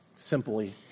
Simply